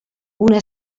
una